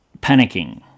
panicking